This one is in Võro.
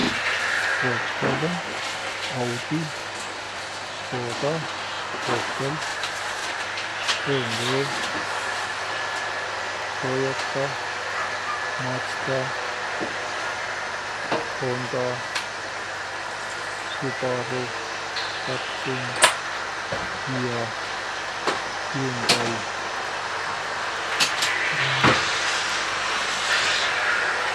Volkswagen, Audi, Škoda, Opel, BMW, Toyota, Mazda, Honda, Subaru, Datsun, Kia, Hiundai.